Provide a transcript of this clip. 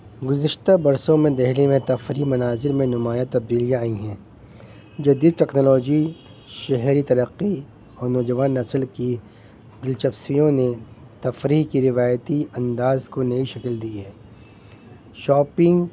گزشتہ برسوں میں دہلی میں تفریح مناظر میں نمایاں تبدیلیاں آئی ہیں جدید ٹیکنالوجی شہری ترقی اور نوجوان نسل کی دلچسپیوں نے تفریح کی روایتی انداز کو نٮٔی شکل دی ہے شاپنگ